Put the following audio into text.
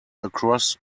across